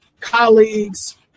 colleagues